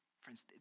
friends